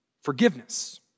forgiveness